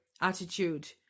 attitude